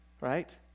right